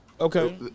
Okay